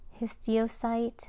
histiocyte